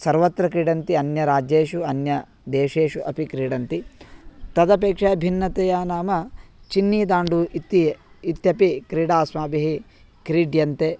सर्वत्र क्रीडन्ति अन्यराज्येषु अन्यदेशेषु अपि क्रीडन्ति तदपेक्षया भिन्नतया नाम चिन्निदाण्डु इति इत्यपि क्रीडा अस्माभिः क्रीड्यन्ते